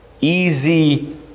easy